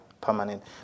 permanent